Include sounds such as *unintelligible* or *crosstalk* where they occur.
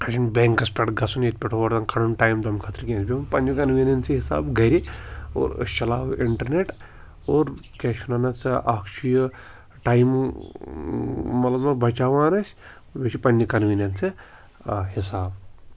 اَسہِ چھُنہٕ بیٚنکَس پٮ۪ٹھ گژھُن ییٚتہِ پٮ۪ٹھ *unintelligible* کَڑُن ٹایم تَمہِ خٲطرٕ کینٛہہ *unintelligible* پنٛنہِ کَنوینٮ۪نسی حِساب گَرِ اور أسۍ چَلاوَو اِنٹَرنیٹ اور کیٛاہ چھِ وَنان ژٕ اَکھ چھُ یہِ ٹایم مطلب بَچاوان أسۍ بیٚیہِ چھِ پنٛنہِ کَنویٖنٮ۪نس حِساب